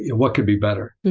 yeah what could be better!